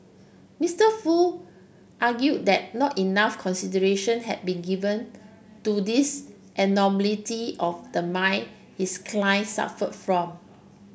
Mister Foo argued that not enough consideration had been given to this abnormality of the mind his client suffered from